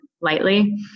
lightly